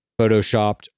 photoshopped